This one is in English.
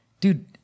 dude